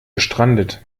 gestrandet